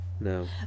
No